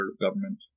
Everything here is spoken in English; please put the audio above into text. government